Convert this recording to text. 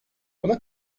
ona